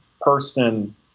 person